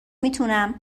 میتونم